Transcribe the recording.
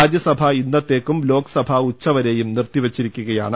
രാജ്യസഭ ഇന്നത്തേക്കും ലോക്സഭ ഉച്ചവരെയും നിർത്തി വെച്ചി രിക്കുകയാണ്